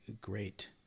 great